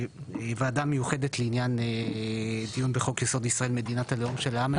ועדה מיוחדת לעניין דיון בחוק יסוד: ישראל מדינת הלאום של העם היהודי.